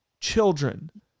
children